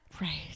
Right